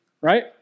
right